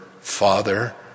Father